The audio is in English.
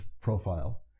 profile